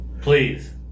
Please